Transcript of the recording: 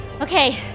Okay